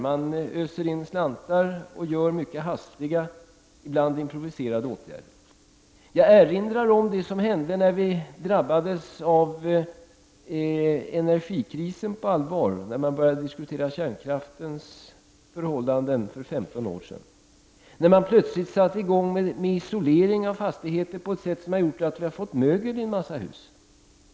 Man öser på med slantar och vidtar mycket hastiga -- och ibland sker det hela improviserat -- åtgärder. Jag erinrar om vad som hände då vi drabbades av energikrisen på allvar och då kärnkraften och de förhållandena på allvar började diskuteras för femton år sedan. Plötsligt satte man i gång med isolering av fastigheter. Man gjorde det på ett sådant sätt att vi nu kan konstatera mögel i en mängd hus.